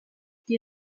die